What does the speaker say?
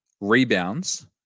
rebounds